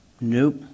nope